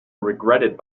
regretted